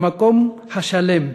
המקום השלם,